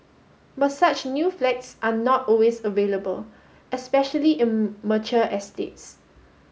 but such new flags are not always available especially in mature estates